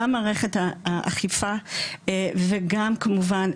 גם מערכת האכיפה וגם כמובן,